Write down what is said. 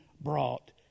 brought